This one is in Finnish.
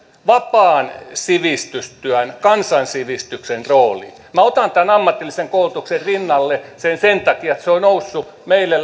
vapaan sivistystyön kansansivistyksen rooli otan sen tämän ammatillisen koulutuksen rinnalle sen sen takia että se on noussut meille